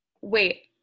Wait